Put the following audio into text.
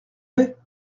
vais